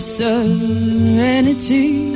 serenity